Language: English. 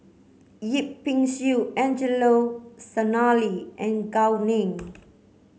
Yip Pin Xiu Angelo Sanelli and Gao Ning